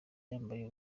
yambaye